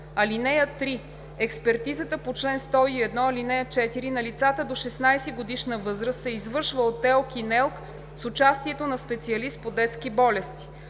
НЕЛК. (3) Експертизата по чл. 101, ал. 4 на лицата до 16-годишна възраст се извършва от ТЕЛК и НЕЛК с участието на специалист по детски болести.